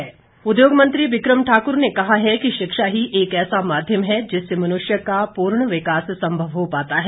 बिक्रम ठाकुर उद्योग मंत्री बिकम ठाकुर ने कहा है कि शिक्षा ही एक ऐसा माध्यम है जिससे मनुष्य का पूर्ण विकास संभव हो पाता है